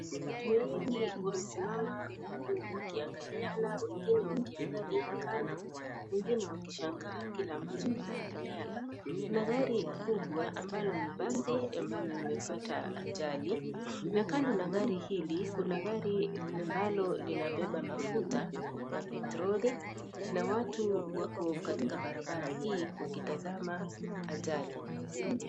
Watu wengi wamesimama huku wakiangaliana wengine wakiangalia kando wengine wakishangaa kile ambachi kinandelea. Kuna gari kubwa ambalo ni basi limepata ajali na kando ya gari hili kuna gari ambalo linabeba mafuta ya petroli na watu wako katika barabara hii wakitazama ajali.